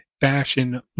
fashion